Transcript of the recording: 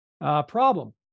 problem